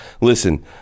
Listen